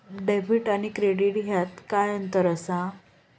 Debit आणि credit ह्याच्यात काय अंतर असा?